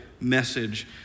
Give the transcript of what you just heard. message